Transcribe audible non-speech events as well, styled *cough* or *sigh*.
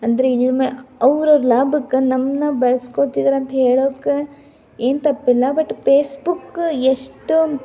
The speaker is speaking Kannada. ಅಂದರೆ *unintelligible* ಅವ್ರ ಲಾಭಕ್ಕೆ ನಮ್ಮಣ್ಣ ಬಳ್ಸ್ಕೊತ್ತಿದ್ದಾರೆ ಅಂತ ಹೇಳಕ್ಕೆ ಏನು ತಪ್ಪಿಲ್ಲ ಬಟ್ ಪೇಸ್ಬುಕ್ಕ್ ಎಷ್ಟು